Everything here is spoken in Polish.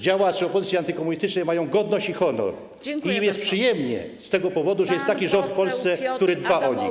działacze opozycji antykomunistycznej mają godność i honor i jest im przyjemnie z tego powodu, że jest taki rząd w Polsce, który o nich dba.